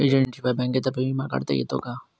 एजंटशिवाय बँकेतर्फे विमा काढता येतो का?